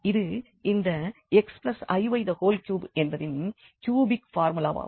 இது இந்த xiy3 என்பதின் கியூபிக் பார்முலாவாகும்